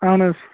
اَہَن حظ